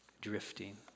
drifting